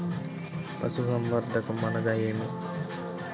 పశుసంవర్ధకం అనగా ఏమి?